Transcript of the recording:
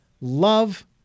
love